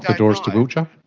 doors to wiltja?